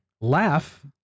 laugh